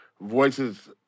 voices